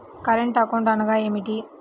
Current account అనగా ఏమిటి?